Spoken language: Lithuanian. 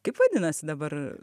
kaip vadinasi dabar